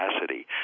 capacity